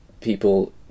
people